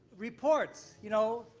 reports. you know,